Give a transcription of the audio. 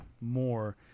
more